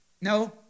No